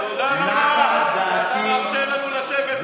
תודה רבה שאתה מאפשר לנו לשבת פה,